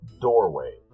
doorway